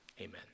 Amen